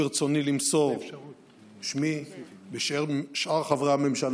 ברצוני למסור בשמי ובשם שאר חברי הממשלה